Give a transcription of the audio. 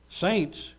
saints